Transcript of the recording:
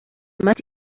much